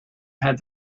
had